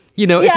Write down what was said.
you know, yeah